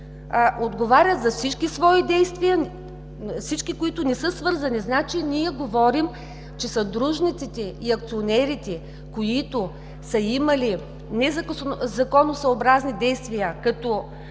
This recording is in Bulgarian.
отговарят за всички свои действия, всички, които не са свързани. Ние говорим, че съдружниците и акционерите, които са имали незаконосъобразни действия, като